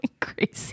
crazy